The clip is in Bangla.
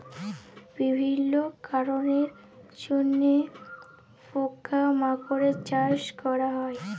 বিভিল্য কারলের জন্হে পকা মাকড়ের চাস ক্যরা হ্যয়ে